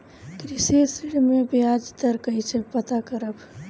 कृषि ऋण में बयाज दर कइसे पता करब?